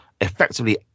effectively